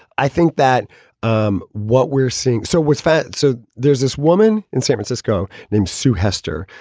i think that um what we're seeing so was fat. so there's this woman in san francisco named sue hester,